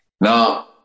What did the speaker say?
Now